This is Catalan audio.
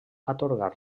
atorgar